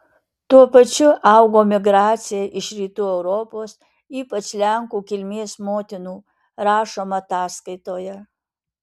tuo pačiu augo migracija iš rytų europos ypač lenkų kilmės motinų rašoma ataskaitoje